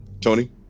Tony